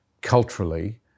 culturally